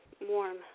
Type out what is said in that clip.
warm